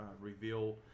reveal